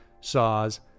saws